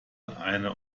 eine